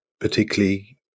particularly